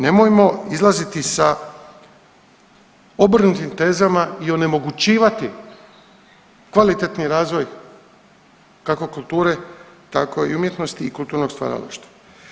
Nemojmo izlaziti sa obrnutim tezama i onemogućivati kvalitetni razvoj kako kulture tako i umjetnosti i kulturnog stvaralaštva.